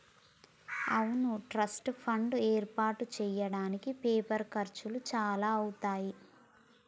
అవును trust fund ఏర్పాటు చేయడానికి పేపర్ ఖర్చులు చాలా అవుతాయి